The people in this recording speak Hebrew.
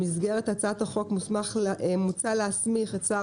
במסגרת הצעת החוק מוצע להסמיך את שר